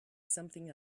something